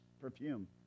perfume